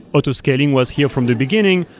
auto scaling was here from the beginning,